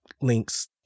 links